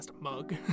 mug